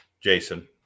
Jason